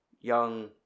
young